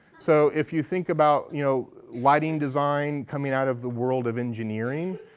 so if you think about, you know, lighting design coming out of the world of engineering,